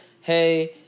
Hey